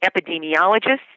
epidemiologists